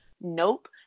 nope